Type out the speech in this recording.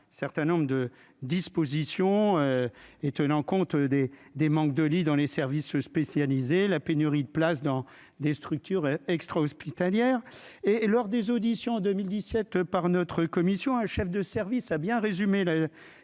certain nombre de dispositions et tenant compte des, des, manque de lits dans les services spécialisés, la pénurie de places dans des structures extra-hospitalières et lors des auditions en 2017 par notre commission un chef de service a bien résumé la question